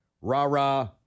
rah-rah